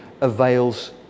avails